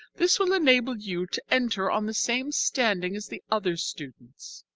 this will enable you to enter on the same standing as the other students.